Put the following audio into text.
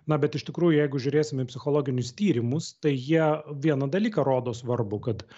na bet iš tikrųjų jeigu žiūrėsime į psichologinius tyrimus tai jie vieną dalyką rodo svarbu kad